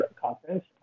conference